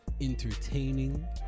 entertaining